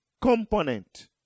component